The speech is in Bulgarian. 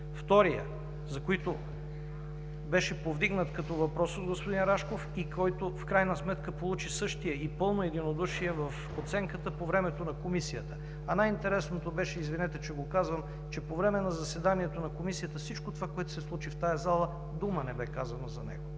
Вторият, който беше повдигнат като въпрос от господин Рашков и който в крайна сметка получи същия и пълно единодушие в оценката по времето на Комисията, а най-интересното беше, извинете, че го казвам, че по време на заседанието на Комисията всичко това, което се случи в тази зала, дума не бе казано за него,